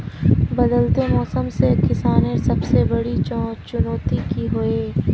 बदलते मौसम से किसानेर सबसे बड़ी चुनौती की होय?